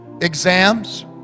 exams